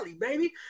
baby